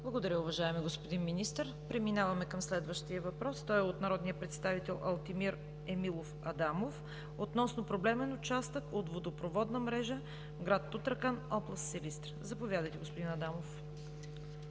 Благодаря Ви, уважаеми господин Министър. Преминаваме към следващия въпрос, той е от народния представител Алтимир Емилов Адамов относно проблемен участък на водопроводната мрежа в град Тутракан, област Силистра. Заповядайте, господин Адамов.